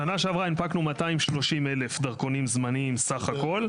בשנה שעברה הנפקנו 230,000 דרכונים זמניים בסך הכול.